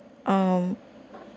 um